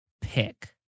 pick